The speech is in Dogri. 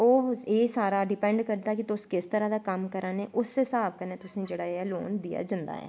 ओ एह् सारा डिपैंड करदा कि तुस किस तरां दा कम्म करा ने उसैं हिसाब कन्नै तुसें गी लोन दित्ता जंदा ऐ